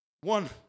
One